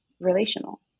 relational